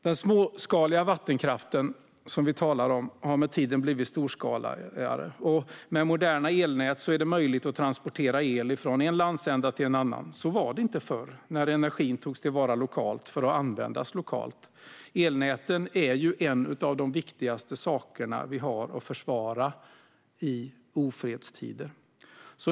Den småskaliga vattenkraften, som vi talar om, har med tiden blivit storskaligare, och med moderna elnät är det möjligt att transportera el från en landsända till en annan. Så var det inte förr, när energin togs till vara lokalt för att användas lokalt. Elnäten är ju en av de viktigaste saker vi har att försvara i ofredstider.